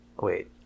Wait